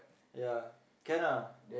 ya can ah